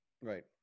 Right